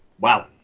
Wow